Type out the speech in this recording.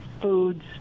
foods